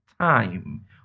time